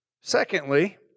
Secondly